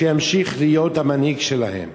שימשיך להיות המנהיג שלהם.